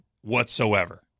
whatsoever